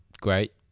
great